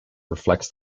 reflects